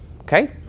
Okay